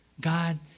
God